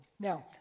now